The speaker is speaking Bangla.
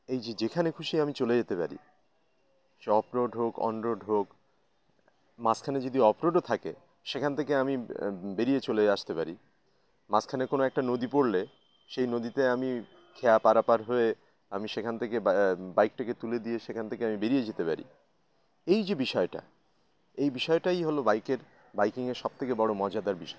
এই যে যেখানে খুশি আমি চলে যেতে পারি সে অফরোড হোক অনরোড হোক মাঝখানে যদি অফরোডও থাকে সেখান থেকে আমি বেরিয়ে চলে আসতে পারি মাঝখানে কোনও একটা নদী পড়লে সেই নদীতে আমি খেয়া পারাপার হয়ে আমি সেখান থেকে বাইকটাকে তুলে দিয়ে সেখান থেকে আমি বেরিয়ে যেতে পারি এই যে বিষয়টা এই বিষয়টাই হলো বাইকের বাইকিংয়ে সবথেকে বড় মজাদার বিষয়